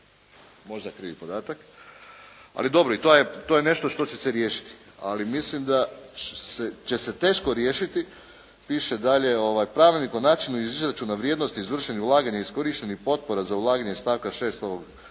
Možda krivi podatak. Ali dobro i to je nešto što će se riješiti, ali mislim da će se teško riješiti. Piše dalje, Pravilnik o načinu izračuna vrijednosti izvršenih ulaganja i iskorištenih potpora za ulaganje stavka 6.